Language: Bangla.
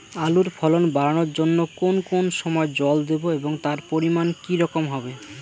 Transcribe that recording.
আলুর ফলন বাড়ানোর জন্য কোন কোন সময় জল দেব এবং তার পরিমান কি রকম হবে?